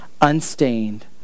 unstained